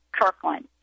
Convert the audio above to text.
Kirkland